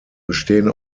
bestehen